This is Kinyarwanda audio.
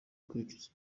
kwicuza